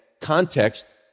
context